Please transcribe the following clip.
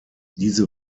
diese